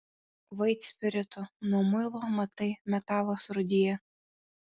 vaitspiritu nuo muilo matai metalas rūdija